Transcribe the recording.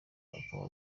akaba